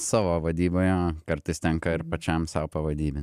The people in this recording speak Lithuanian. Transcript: savo vadyboje kartais tenka ir pačiam sau pavadybint